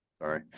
Sorry